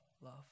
love